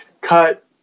cut